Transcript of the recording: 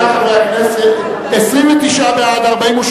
רבותי חברי הכנסת, 29 בעד, 42